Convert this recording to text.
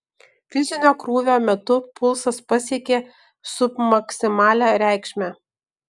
fizinio krūvio metu pulsas pasiekė submaksimalią reikšmę